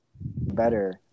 Better